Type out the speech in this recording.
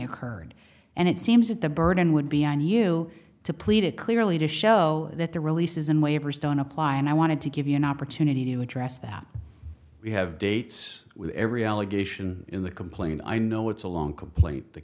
occurred and it seems that the burden would be on you to plead it clearly to show that the releases and waivers don't apply and i wanted to give you an opportunity to address that we have dates with every allegation in the complaint i know it's a long complaint the